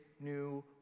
new